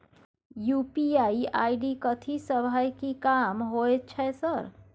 UPI ID कथि सब हय कि काम होय छय सर?